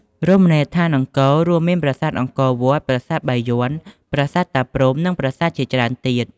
រមណីយដ្ឋានអង្គរ រួមមានប្រាសាទអង្គរវត្ត ប្រាសាទបាយ័ន ប្រាសាទតាព្រហ្ម និងប្រាសាទជាច្រើនទៀត។